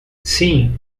sim